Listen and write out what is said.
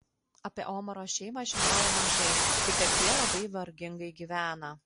apie omaro šeimą žinojau mažai tik kad jie labai vargingai gyvena